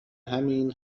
همین